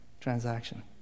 transaction